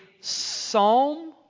psalm